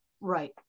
right